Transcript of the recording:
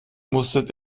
mustert